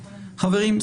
חברים,